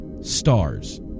stars